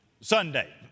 Sunday